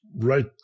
right